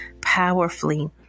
powerfully